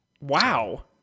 Wow